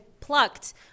plucked